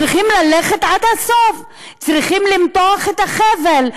צריכים ללכת עד הסוף, צריכים למתוח את החבל.